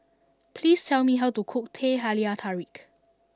please tell me how to cook Teh Halia Tarik